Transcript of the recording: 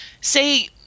say